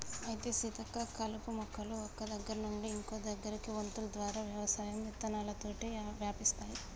అయితే సీతక్క కలుపు మొక్కలు ఒక్క దగ్గర నుండి ఇంకో దగ్గరకి వొంతులు ద్వారా వ్యవసాయం విత్తనాలతోటి వ్యాపిస్తాయి